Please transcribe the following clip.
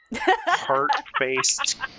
heart-based